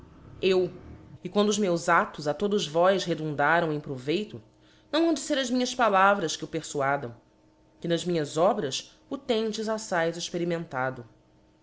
eu e quanto os meus aélos a todos vós redundaram em p roveito não hão de fer as minhas palavras que o perfuadam que nas minhas obras o tendes aífaz experime